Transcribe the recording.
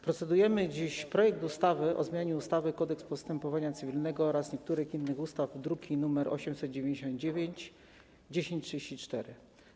Procedujemy nad projektem ustawy o zmianie ustawy - Kodeks postępowania cywilnego oraz niektórych innych ustaw, druki nr 899 i 1034.